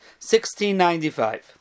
1695